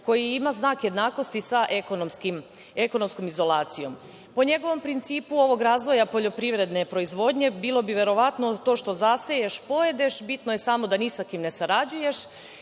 koji ima znak jednakosti sa ekonomskom izolacijom. Po njegovom principu ovog razvoja poljoprivredne proizvodnje bilo bi verovatno što zaseješ – pojedeš, bitno je samo da ni sa kim ne sarađuješ